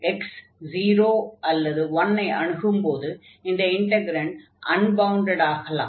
x 0 அல்லது 1 ஐ அணுகும்போது இந்த இன்டக்ரன்ட் அன்பவுண்டட் ஆகலாம்